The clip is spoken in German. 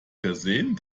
versehen